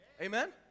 Amen